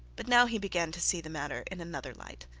but now he began to see the matter in another light.